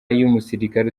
y’umusirikare